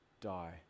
die